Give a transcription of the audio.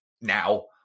Now